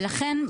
ולכן,